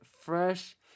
fresh